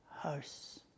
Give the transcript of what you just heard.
house